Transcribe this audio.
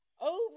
Over